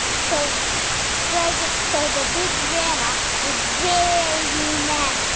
so so like so the big grandma was very mad.